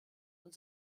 und